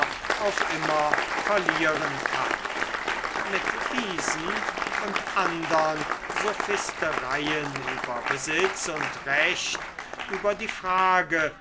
auf immer verlieren kann mit diesen und andern sophistereien über besitz und recht über die frage